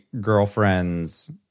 girlfriend's